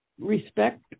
respect